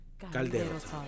Caldero